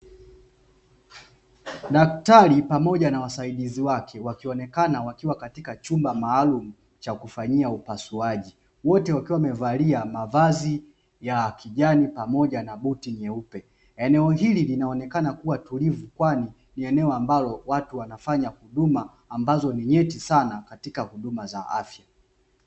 Daktari pamoja na wasiadizi wake, wakionekana wakiwa katika chumba maalumu cha kufanyia upasuaji, wote wakiwa wamevalia mavazi ya kijani pamoja na buti nyeupe, eneo hili linaonekana kuwa tulivu, kwani ni eneo watu wanafanya huduma ambazo ni nyeti sana katika huduma za aafya.